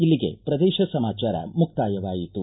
ಇಲ್ಲಿಗೆ ಪ್ರದೇಶ ಸಮಾಚಾರ ಮುಕ್ತಾಯವಾಯಿತು